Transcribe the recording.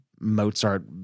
Mozart